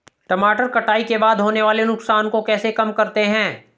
टमाटर कटाई के बाद होने वाले नुकसान को कैसे कम करते हैं?